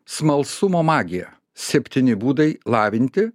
smalsumo magija septyni būdai lavinti